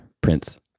Prince